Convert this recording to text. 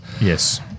Yes